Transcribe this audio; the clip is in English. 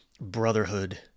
brotherhood